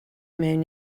mewn